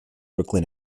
brooklyn